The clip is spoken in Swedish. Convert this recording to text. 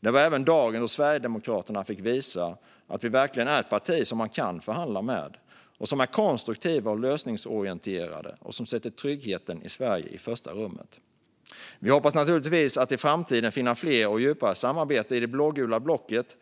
Det var även dagen då Sverigedemokraterna fick visa att vi verkligen är ett parti som man kan förhandla med, som är konstruktiva och lösningsorienterade och som sätter tryggheten i Sverige i första rummet. Vi hoppas naturligtvis att i framtiden finna fler och djupare samarbeten i det blågula blocket.